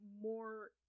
more